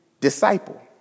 disciple